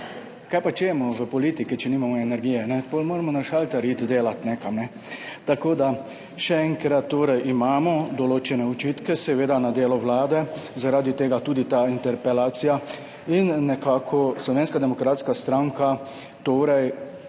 kaj pa čemo v politiki, če nimamo energije. Potem moramo za šalter iti delat nekam. Tako da, še enkrat torej, seveda imamo določene očitke na delo vlade, zaradi tega tudi ta interpelacija, in Slovenska demokratska stranka vloži